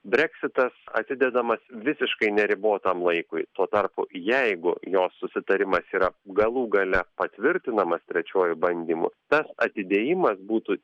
breksitas atidedamas visiškai neribotam laikui tuo tarpu jeigu jo susitarimas yra galų gale patvirtinamas trečiuoju bandymu tas atidėjimas būtų